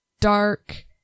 dark